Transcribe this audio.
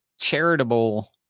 charitable